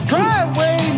Driveway